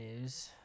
news